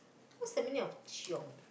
what's the meaning of chiong